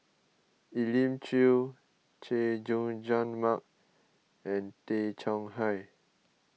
Elim Chew Chay Jung Jun Mark and Tay Chong Hai